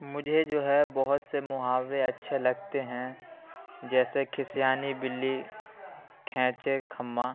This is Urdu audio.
مجھے جو ہے بہت سے محاورے اچھے لگتے ہیں جیسے کھسیانی بلی کھینچے کھمبا